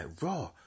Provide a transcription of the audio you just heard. Raw